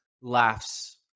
laughs